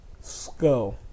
skull